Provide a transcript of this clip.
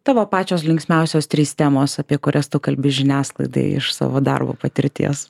tavo pačios linksmiausios trys temos apie kurias tu kalbi žiniasklaidai iš savo darbo patirties